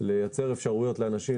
לייצר אפשרויות לאנשים,